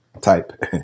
type